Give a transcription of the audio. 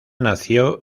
nació